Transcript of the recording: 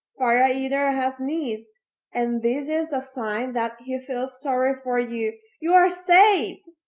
fire eater has sneezed and this is a sign that he feels sorry for you. you are saved!